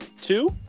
Two